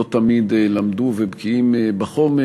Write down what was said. לא תמיד למדו ובקיאים בחומר,